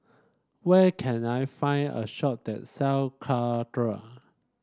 where can I find a shop that sell Caltrate